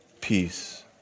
peace